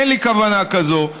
אין לי כוונה כזאת.